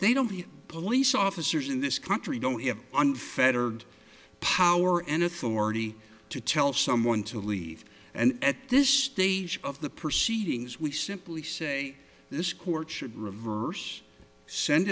they don't the police officers in this country don't have unfettered power and authority to tell someone to leave and at this stage of the proceedings we simply say this court should